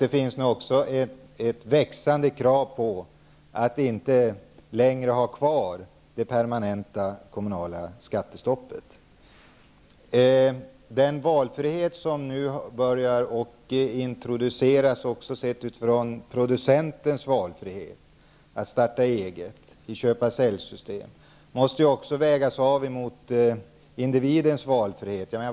Det finns nu också ett växande krav på att inte längre ha kvar det permanenta kommunala skattestoppet. Den valfrihet som nu börjar introduceras, också sedd från producentens synpunkt -- att starta eget, att införa köpa--sälj-system -- måste också vägas mot individens valfrihet.